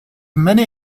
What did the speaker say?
many